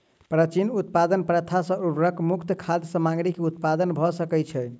प्राचीन उत्पादन प्रथा सॅ उर्वरक मुक्त खाद्य सामग्री के उत्पादन भ सकै छै